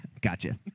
Gotcha